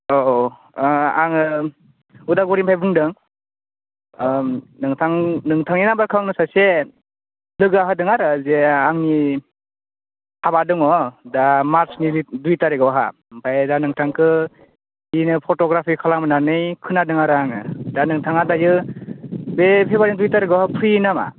औ अ आङो अदालगुरिनिफ्राय बुंदों नोंथां नोंथांनि नाम्बारखौ आंनो सासे लोगोआ होदों आरो जे आंनि हाबा दङ दा मार्चनि दुइ तारिकावहा ओमफ्राय दा नोंथांखौ बेनो फट'ग्राफि खालामो होननानै खोनादों आरो आङो दा नोंथाङा दायो बे फेब्रुवारिनि दुइ तारिकाव फ्रि नामा